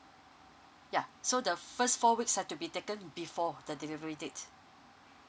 yeah so the first four weeks have to be taken before the delivery date